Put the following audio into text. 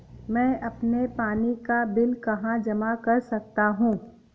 मैं अपने पानी का बिल कहाँ जमा कर सकता हूँ?